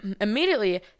immediately